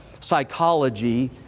psychology